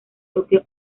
toque